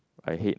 I hate